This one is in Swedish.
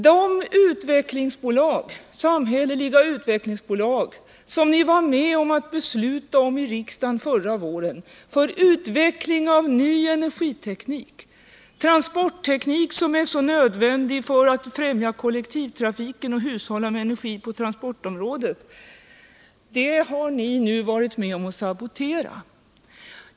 Det samhälleliga utvecklingsbolag som ni var med om att besluta i riksdagen förra våren och som syftar till utveckling av ny energiteknik och transportteknik, som är så nödvändig för att främja kollektivtrafiken och hushålla med energi på transportområdet, har ni nu varit med om att sabotera.